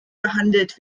behandelt